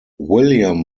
william